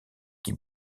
qui